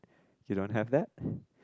you don't have that